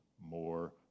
more